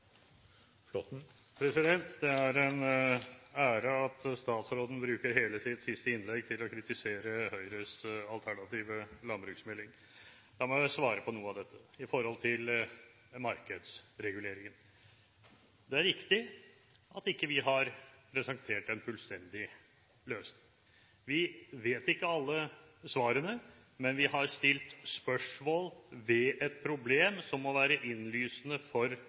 en ære at statsråden bruker hele sitt siste innlegg til å kritisere Høyres alternative landbruksmelding. La meg svare på noe av dette i forhold til markedsreguleringen. Det er riktig at vi ikke har presentert en fullstendig løsning. Vi vet ikke alle svarene, men vi har stilt spørsmål ved et problem som må være innlysende for